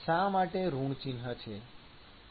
શા માટે ઋણ ચિહ્ન છે